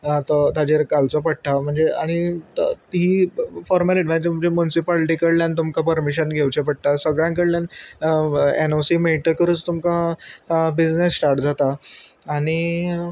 तो ताजेर घालचो पडटा म्हणजे आनी ती फॉर्मेलिटी मा तुमचे मुनसिपालटी कडल्यान तुमकां परमिशन घेवचें पडटा सगळ्यां कडल्यान एन ओ सी मेळटकच तुमकां बिजनस स्टार्ट जाता आनी